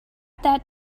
that